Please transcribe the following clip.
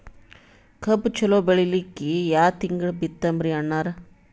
ಕಬ್ಬು ಚಲೋ ಬೆಳಿಲಿಕ್ಕಿ ಯಾ ತಿಂಗಳ ಬಿತ್ತಮ್ರೀ ಅಣ್ಣಾರ?